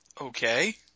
Okay